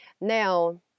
Now